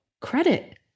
credit